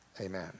Amen